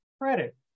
credit